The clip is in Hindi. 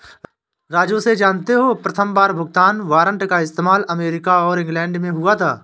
राजू से जानते हो प्रथमबार भुगतान वारंट का इस्तेमाल अमेरिका और इंग्लैंड में हुआ था